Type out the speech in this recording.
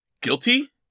guilty